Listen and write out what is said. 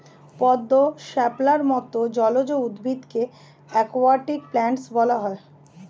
পদ্ম, শাপলার মত জলজ উদ্ভিদকে অ্যাকোয়াটিক প্ল্যান্টস বলা হয়